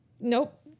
Nope